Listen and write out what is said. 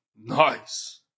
Nice